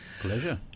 Pleasure